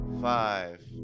five